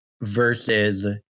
versus